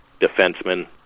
defenseman